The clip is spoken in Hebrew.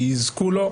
יזכו לו.